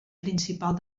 principal